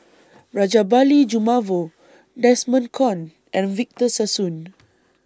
Rajabali Jumabhoy Desmond Kon and Victor Sassoon